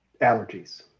Allergies